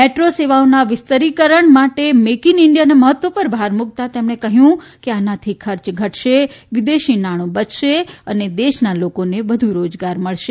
metro સેવાઓના વિસ્તરીકરણ માટે મેડ ઇન ઇન્ડીયાના મહત્વ પર ભાર મુકતાં તેમણે કહ્યું કે આનાથી ખર્ચ ઘટશે વિદેશી નાણું બચશે અને દેશના લોકોને વધુ રોજગાર મળશે